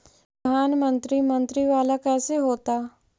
प्रधानमंत्री मंत्री वाला कैसे होता?